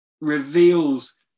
reveals